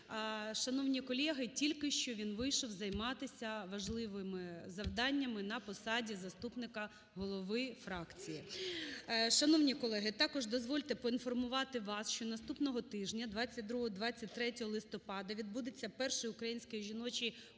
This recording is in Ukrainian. Шановні колеги, тільки що він вийшов займатися важливими завданнями на посаді заступника голови фракції. Шановні колеги, також дозвольте поінформувати вас, що наступного тижня, 22-23 листопада, відбудеться перший Український жіночій конгрес